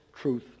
truth